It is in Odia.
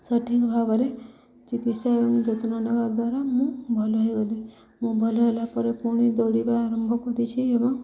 ସଠିକ୍ ଭାବରେ ଚିକିତ୍ସା ଏବଂ ଯତ୍ନ ନେବା ଦ୍ୱାରା ମୁଁ ଭଲ ହେଇଗଲି ମୁଁ ଭଲ ହେଲା ପରେ ପୁଣି ଦୌଡ଼ିବା ଆରମ୍ଭ କରିଛି ଏବଂ